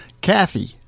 Kathy